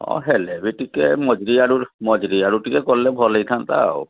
ହଁ ହେଲେ ବି ଟିକିଏ ମଜୁରିଆରୁ ମଜୁରିଆରୁ ଟିକିଏ କଲେ ଭଲ ହେଇଥାନ୍ତା ଆଉ